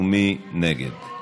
מי נגד?